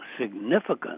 significant